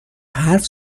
حرف